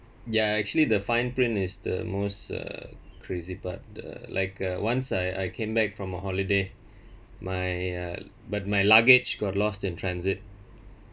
ya actually the fine print is the most uh crazy part the like uh once I I came back from a holiday my uh but my luggage got lost in transit